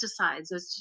pesticides